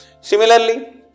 Similarly